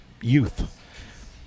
youth